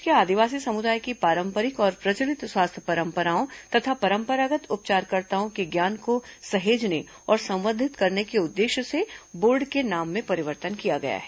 प्रदेश के आदिवासी समुदाय की पारंपरिक और प्रचलित स्वास्थ्य परंपराओं तथा परंपरागत् उपचारकर्ताओं के ज्ञान को सहेजने और संवर्धित करने के उद्देश्य से बोर्ड के नाम में परिवर्तन किया गया है